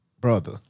Brother